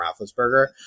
Roethlisberger